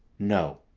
no.